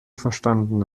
verstanden